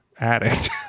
addict